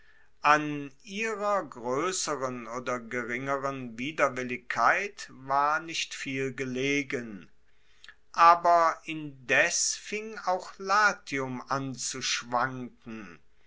an ihrer groesseren oder geringeren widerwilligkeit war nicht viel gelegen jetzt indes fing auch latium an zu schwanken